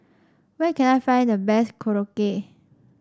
where can I find the best Korokke